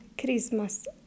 Christmas